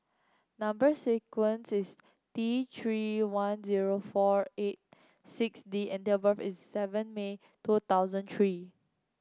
number sequence is T Three one zero four eight six D and date of birth is seven May two thousand three